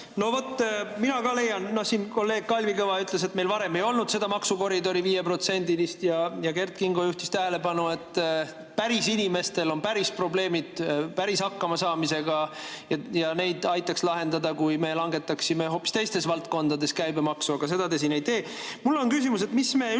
No vaat, mina ka leian, nagu kolleeg Kalvi Kõva ütles, et meil varem ei olnud seda 5%‑list maksukoridori. Ja Kert Kingo juhtis tähelepanu, et päris inimestel on päris probleemid päriselt hakkamasaamisega ja neid aitaks lahendada, kui me langetaksime hoopis teistes valdkondades käibemaksu. Aga seda te siin ei tee. Mul on selline küsimus. Mida me üldse